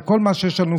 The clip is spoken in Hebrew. שכל מה שיש לנו,